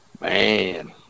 Man